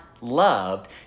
loved